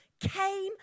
came